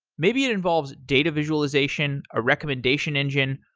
maybe it involves data visualization, a recommendation engine,